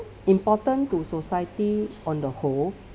important to society on the whole